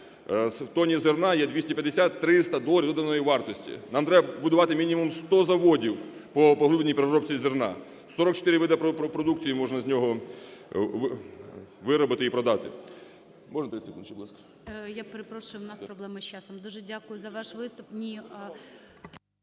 В тонні зерна є 250-300 доларів доданої вартості. Нам треба будувати мінімум 100 заводів по поглибленій переробці зерна, 44 види продукції можна з нього виробити і продати.